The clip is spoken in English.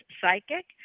psychic